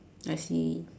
I see